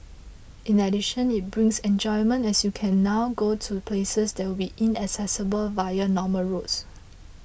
in addition it brings enjoyment as you can now go to places that would be inaccessible via normal roads